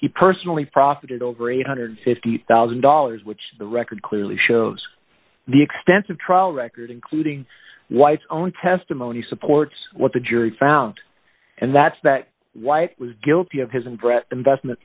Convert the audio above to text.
he personally profited over eight hundred and fifty thousand dollars which the record clearly shows the extensive trial record including white's own testimony supports what the jury found and that's that white was guilty of his inbred investment